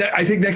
i think next